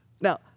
Now